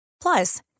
Plus